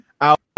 out